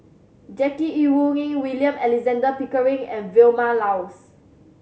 Jackie Yi Ru Ying William Alexander Pickering and Vilma Laus